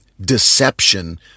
deception